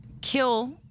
kill